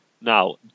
Now